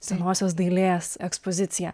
senosios dailės ekspoziciją